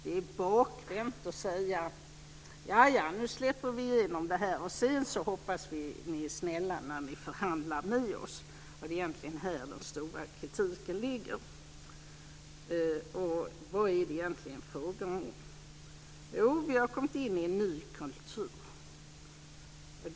Det är bakvänt att först släppa igenom något och sedan hoppas att den man förhandlar med ska vara snäll. Det är egentligen häri den stora kritiken ligger. Vad är det egentligen fråga om? Jo, vi har kommit in i en ny kultur.